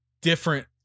different